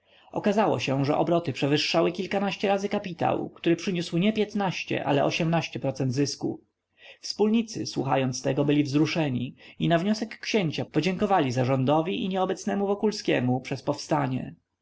okazało się że obroty przewyższały kilkanaście razy kapitał który przyniósł nie ale zysku wspólnicy słuchając tego byli wzruszeni i na wniosek księcia podziękowali zarządowi i nieobecnemu wokulskiemu przez powstanie